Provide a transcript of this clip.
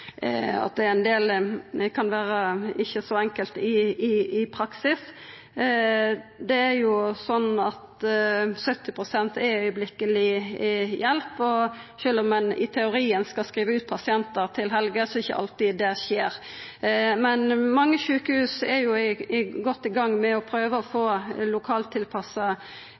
sjølv om ein i teorien skal skriva ut pasientar til helga, er det ikkje alltid det skjer. Men mange sjukehus er godt i gang med å prøva å få lokaltilpassa